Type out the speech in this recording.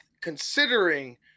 considering